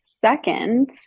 second